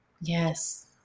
Yes